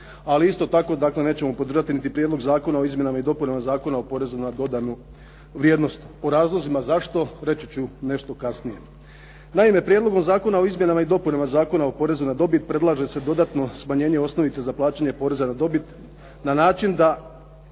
ali isto tako nećemo ni podržati niti Prijedlog zakona o Izmjenama i dopunama Zakona o porezu na dodanu vrijednost. O razlozima zašto reći ću nešto kasnije. Naime, Prijedlogom zakona o izmjenama i dopunama Zakona o porezu na dobit predlaže se dodatno smanjenje osnovice za plaćanje poreza na dobit na način da